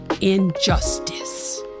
injustice